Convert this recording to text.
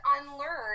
unlearn